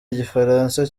igifaransa